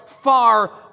far